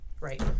Right